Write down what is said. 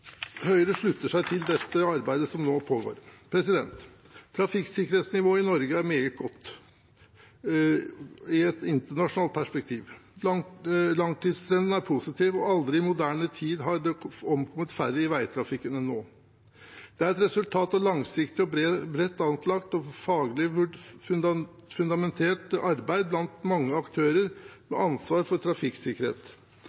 Høyre slutter seg til dette arbeidet som nå pågår. Trafikksikkerhetsnivået i Norge er meget godt i et internasjonalt perspektiv. Langtidstrenden er positiv, og aldri i moderne tid har det omkommet færre i veitrafikken enn nå. Det er et resultat av langsiktig, bredt anlagt og faglig fundamentert arbeid blant mange aktører